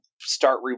start